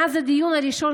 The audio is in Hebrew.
מאז הדיון הראשון,